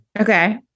Okay